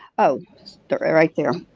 oh, they're right there,